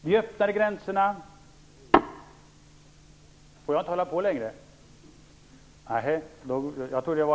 Vi öppnade gränserna.